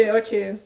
okay